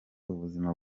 ubuzima